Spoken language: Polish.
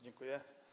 Dziękuję.